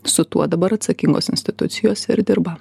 su tuo dabar atsakingos institucijos ir dirba